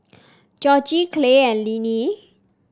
Georgie Clay and Lynne